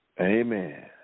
Amen